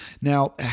Now